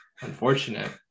unfortunate